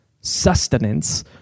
sustenance